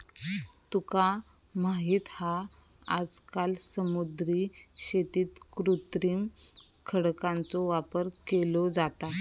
तुका माहित हा आजकाल समुद्री शेतीत कृत्रिम खडकांचो वापर केलो जाता